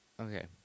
Okay